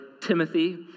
Timothy